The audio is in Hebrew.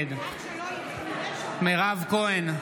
נגד מירב כהן,